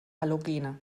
halogene